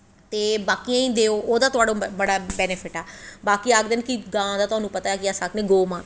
ते बाकियें गी देओ ते ओह्दा तुहानू बड़ा बैनिफिट ऐ बाकी गां दा तोआनू पता ऐ कि अस आखनें गौ माता